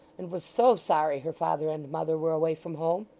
and was so sorry her father and mother were away from home.